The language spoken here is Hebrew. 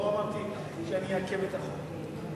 לא אמרתי שאני אעכב את החוק.